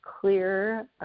clear